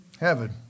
Heaven